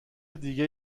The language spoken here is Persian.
دیگه